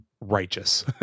righteous